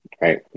Right